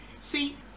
see